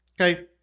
Okay